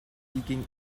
seeking